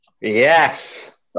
Yes